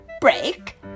break